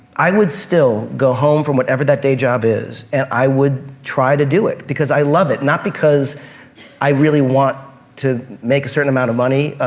i would still go home from whatever that day job is, and i would try to do it because i love it, not because i really want to make a certain amount of money.